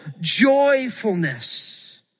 joyfulness